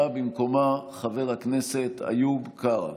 בא במקומה חבר הכנסת איוב קרא.